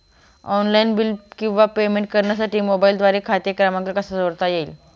Online bill किंवा payment करण्यासाठी मोबाईलद्वारे खाते क्रमांक कसा जोडता येईल?